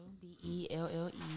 B-E-L-L-E